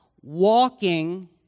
walking